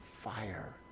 fire